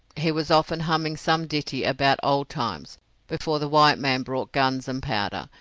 he was often humming some ditty about old times before the white man brought guns and powder,